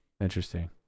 Interesting